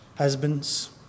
husbands